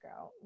out